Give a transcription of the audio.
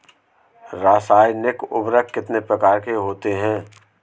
रासायनिक उर्वरक कितने प्रकार के होते हैं?